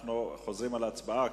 אנחנו חוזרים על ההצבעה.